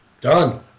Done